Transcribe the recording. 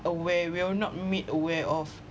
aware we all not made aware of